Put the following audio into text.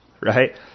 right